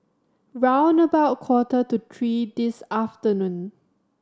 round about quarter to three this afternoon